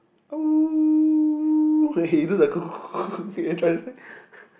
!woo! eh you do the okay try try try